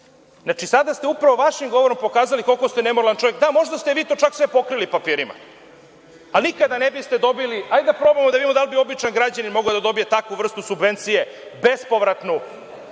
Znači, upravo ste sada vašim govorom pokazali koliko ste nemoralan čovek, pa možda ste vi to sve pokrili papirima, a nikada ne biste dobili… Hajde da vidimo da li bi običan građanin mogao da dobije takvu vrstu subvencije, bespovratnu?